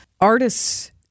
artists